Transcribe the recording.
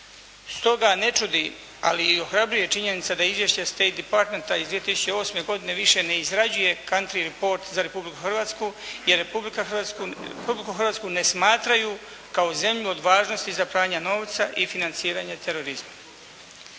Stoga ne čudi ali i ohrabruje činjenica da izvješće «State Departmenta» iz 2008. godine više ne izrađuje «Country Report» za Republiku Hrvatsku jer Republiku Hrvatsku ne smatraju kao zemlju od važnosti za pranja novca i financiranje terorizma.